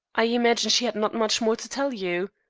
i imagine she had not much more to tell you?